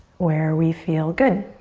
where we feel good.